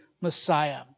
Messiah